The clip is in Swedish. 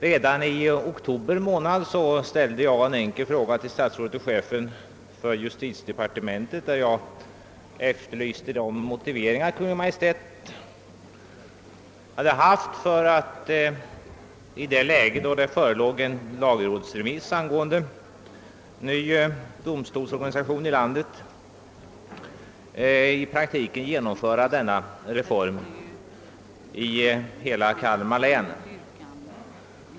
Redan i oktober månad ställde jag till statsrådet och chefen för justitiedepartementet en enkel fråga, där jag efterlyste de motiv Kungl. Maj:t hade haft för att i det läge, då det förelåg en lagrådsremiss angående ny domstolsorganisation i landet, i praktiken genomföra denna reform i hela Kalmar län.